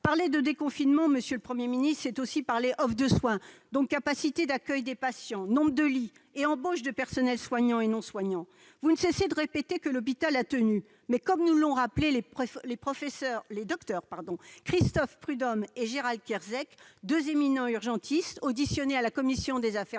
Parler de déconfinement, monsieur le Premier ministre, c'est aussi parler offre de soins, donc capacité d'accueil des patients, nombre de lits et embauches de personnels soignants et non soignants. Vous ne cessez de répéter que l'hôpital a tenu, mais, comme nous l'ont rappelé les docteurs Christophe Prudhomme et Gérald Kierzek, deux éminents urgentistes auditionnés par la commission des affaires